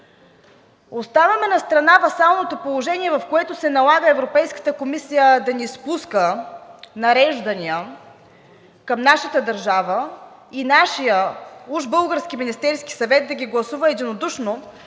Оставяме настрана васалното положение, в което се налага Европейската комисия да ни спуска нареждания към нашата държава и нашият, уж български, Министерски съвет ги гласува единодушно,